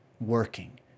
working